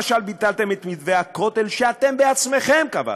למשל, ביטלתם את מתווה הכותל שאתם בעצמכם קבעתם.